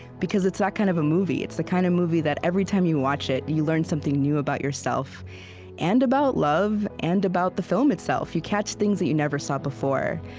because it's that kind of a movie. it's the kind of movie that, every time you watch it, you learn something new about yourself and about love and about the film itself. you catch things that you never saw before.